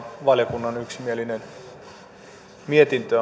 valiokunnan yksimielinen mietintö